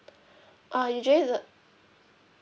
uh usually the